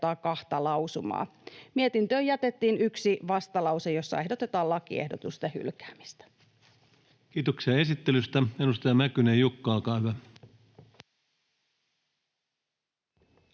Mietintöön jätettiin yksi vastalause, jossa ehdotetaan lakiehdotusten hylkäämistä. Kiitoksia esittelystä. — Edustaja Mäkynen Jukka, olkaa hyvä.